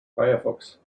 firefox